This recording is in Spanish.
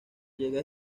llega